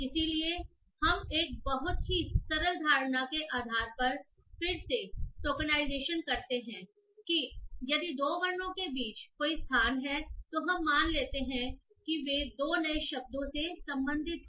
इसलिए हम एक बहुत ही सरल धारणा के आधार पर फिर से टोकेनाइजेशन करते हैं कि यदि 2 वर्णों के बीच कोई स्पेस है तो हम मान लेते हैं कि वे 2 नए शब्दों से संबंधित हैं